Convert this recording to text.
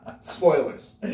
Spoilers